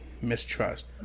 mistrust